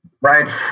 Right